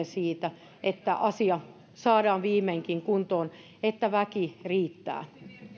siitä että asia saadaan viimeinkin kuntoon että väki riittää